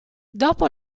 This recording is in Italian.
dopo